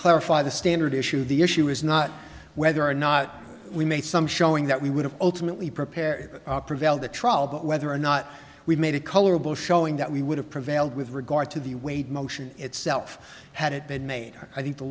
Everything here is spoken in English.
clarify the standard issue the issue is not whether or not we made some showing that we would have ultimately prepared prevailed the trial but whether or not we made a colorable showing that we would have prevailed with regard to the weight motion itself had it been made i think the